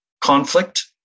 conflict